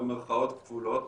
במרכאות כפולות,